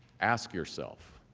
ask yourself,